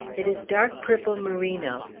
it is dark purple merino.